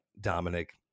Dominic